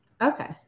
Okay